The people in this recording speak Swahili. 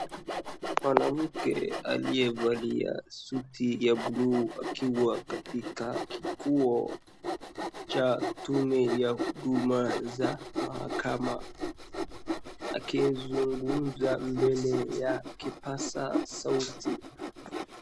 Mwanamke aliyevalia suti ya buluu akiwa katika kikuo cha tume ya huduma za mahakama, akizungumza mbele ya kipaza sauti.